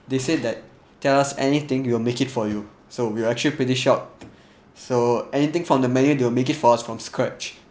they said that tell us anything we will make it for you so we are actually pretty shocked so anything from the menu they will make it for us from scratch